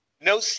No